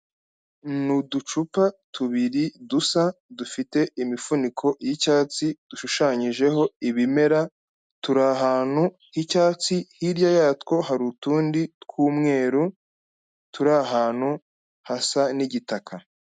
Ni uducupa tubiri dusa dufite imifuniko y'icyatsi dushushanyijeho ibimera, turi ahantu h'icyatsi, hirya yatwo hari utundi tw'umweru turi ahantu hasa n'igitaka.